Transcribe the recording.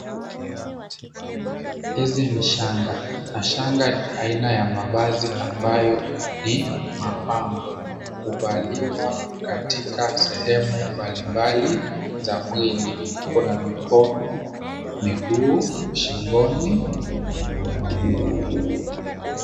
Hizi ni shanga na shanga ni aina ya mavazi ambayo ni mapambo. Huvaliwa katika sehemu mbalimbali za mwili kuna mikono, miguu, shingoni.